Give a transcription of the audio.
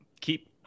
Keep